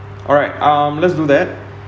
alright um let's do that